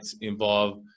involve